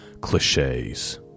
cliches